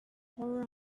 horror